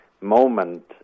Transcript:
moment